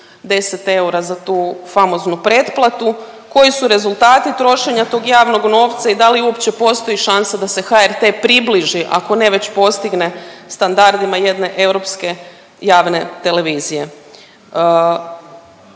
10 eura za tu famoznu pretplatu, koji su rezultati trošenja tog javnog novca i da li uopće postoji šansa da se HRT približi ako ne već postigne standardima jedne europske javne televizije.